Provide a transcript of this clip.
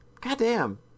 Goddamn